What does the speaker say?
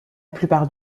plupart